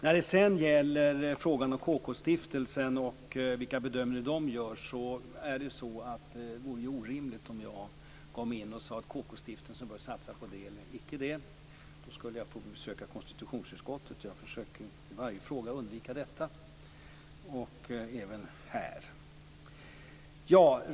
När det sedan gäller vilka bedömningar KK stiftelsen gör vore det orimligt om jag gav mig in och sade att KK-stiftelsen bör satsa på det och icke på det. Då skulle jag få besöka konstitutionsutskottet, och jag försöker i varje fråga att undvika detta. Även här.